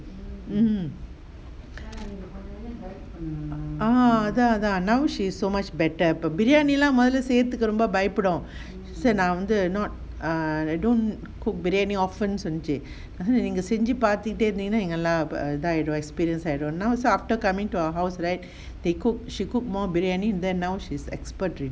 mm ah அதான்:athaan now she's so much better but biryani எல்லாம் முன்னால செய்யறதுக்கு ரொம்ப பயப்படுவோம் நான் வந்து:biriyaani ellaam munnala seyyarathuku romba bayappaduvom naan vanthu not err I don't cook பிரியாணி:biriyaani often நீங்க செஞ்சு பாத்துட்டே இருந்தீங்கன்னா நீங்க:neenga senju paathutte iruntheenganna neenga experience now after coming to our house right they cook she cook more பிரியாணி:biriyaani then now she's expert already